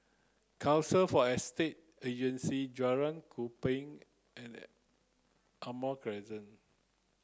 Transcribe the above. council for Estate Agencies Jalan Kupang and Almond Crescent